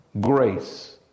grace